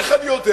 איך אני יודע?